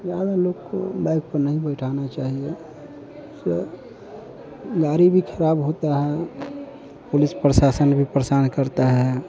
ज़्यादा लोग को बाइक पर नहीं बैठाना चाहिए उससे गाड़ी भी खराब होता है पुलिस प्रशासन भी परेशान करता है